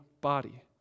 body